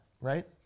right